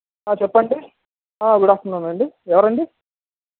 చెప్పండి good afternoon అండి ఎవరండీ